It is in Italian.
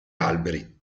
alberi